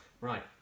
Right